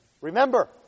Remember